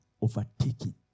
overtaking